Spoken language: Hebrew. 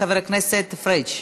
חובת מתן הקלה לתוספת דירות מגורים),